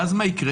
ואז מה יקרה?